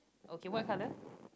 okay what colour